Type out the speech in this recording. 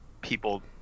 people